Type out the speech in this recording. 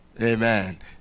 Amen